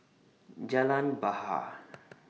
Jalan Bahar